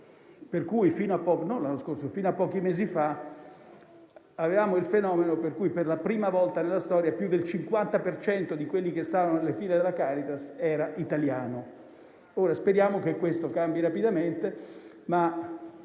Caritas: fino a pochi mesi fa, avevamo il fenomeno per cui, per la prima volta nella storia, più del 50 per cento di coloro che stavano nelle file della Caritas era italiano. Speriamo che questo cambi rapidamente,